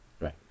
Right